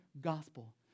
gospel